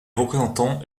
représentants